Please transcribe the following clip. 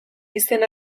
izen